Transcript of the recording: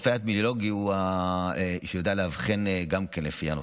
רופא אפידמיולוג הוא זה שיודע לאבחן לפי הנושא.